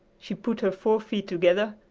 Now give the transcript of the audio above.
she put her four feet together,